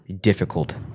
difficult